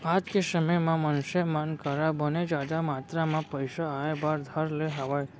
आज के समे म मनसे मन करा बने जादा मातरा म पइसा आय बर धर ले हावय